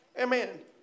Amen